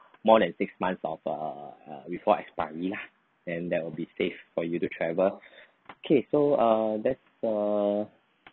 more than six months of err uh before expiry lah and that will be safe for you to travel okay so err that's err